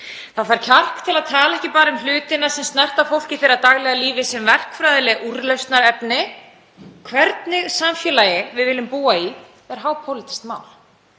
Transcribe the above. Það þarf kjark til að tala ekki bara um hlutina sem snerta fólk í daglegu lífi þess sem verkfræðilegt úrlausnarefni. Hvernig samfélagi við viljum búa í er hápólitískt mál.